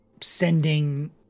sending